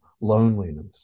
loneliness